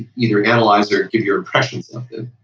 either analyze or give your impressions of them,